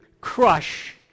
crush